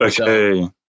Okay